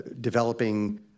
developing